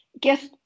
guess